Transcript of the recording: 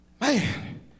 Man